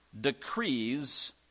decrees